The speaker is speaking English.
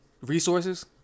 resources